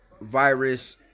virus